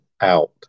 out